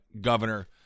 governor